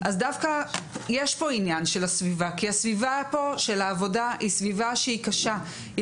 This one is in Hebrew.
דווקא יש כאן עניין של הסביבה כי הסביבה של העבודה היא סביבה שהיא קשה,